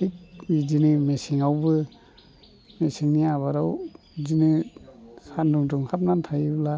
थिग बिदिनो मेसेंआवबो मेसेंनि आबादाव बिदिनो सान्दुं दुंहाबनानै थायोब्ला